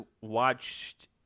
watched